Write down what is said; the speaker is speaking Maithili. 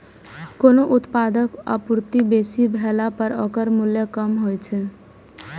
कोनो उत्पादक आपूर्ति बेसी भेला पर ओकर मूल्य कम होइ छै